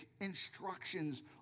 instructions